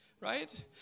right